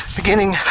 beginning